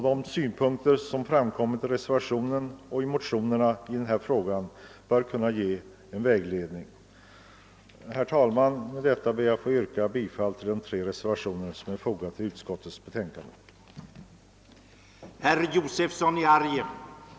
De synpunkter som framkommit i motioner och reservationer i denna fråga bör därvid kunna ge vägledning. Herr talman! Med det anförda ber jag att få yrka bifall till de tre reservationer som är fogade till bevillningsutskottets betänkande nr 56.